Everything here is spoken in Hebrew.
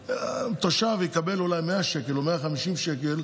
תושב יקבל אולי 100 שקל או 150 שקל,